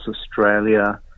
Australia